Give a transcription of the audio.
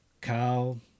Kyle